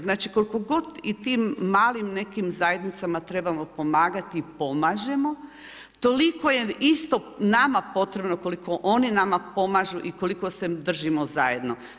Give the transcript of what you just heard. Znači, koliko god i tim malim nekim zajednicama trebamo pomagati i pomažemo, toliko je isto nama potrebno koliko oni nama pomažu i koliko se držimo zajedno.